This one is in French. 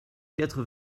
quatre